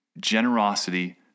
generosity